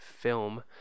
film